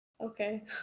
Okay